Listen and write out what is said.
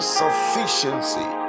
sufficiency